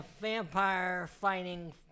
vampire-fighting